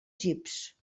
jeeps